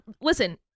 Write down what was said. listen